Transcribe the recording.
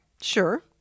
Sure